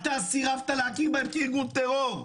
אתה סירבת להכיר בהם כארגון טרור.